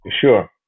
Sure